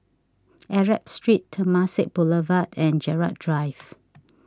Arab Street Temasek Boulevard and Gerald Drive